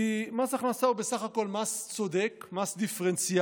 כי מס הכנסה הוא בסך הכול מס צודק, מס דיפרנציאלי,